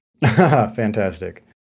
Fantastic